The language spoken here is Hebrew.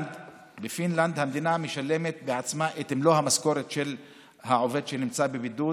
בפינלנד המדינה משלמת בעצמה את מלוא המשכורת של העובד שנמצא בבידוד.